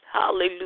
Hallelujah